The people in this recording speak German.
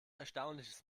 erstaunliches